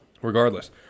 regardless